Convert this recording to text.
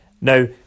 Now